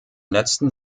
letzten